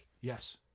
Yes